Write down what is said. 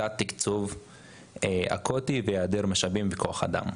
הם סובלים מתת תקצוב אקוטי ומהיעדר משאבים וכוח אדם.